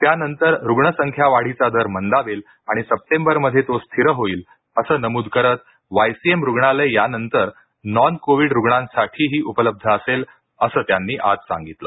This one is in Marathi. त्यानंतर रुग्णसंख्या वाढीचा दर मंदावेल आणि सप्टेंबरमध्ये तो स्थिर होईल असं नमूद करत वायसीएम रुग्णालय यानंतर नॉन कोविंड रुग्णांसाठीही उपलब्ध असेल असं त्यांनी आज सांगितलं